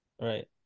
Right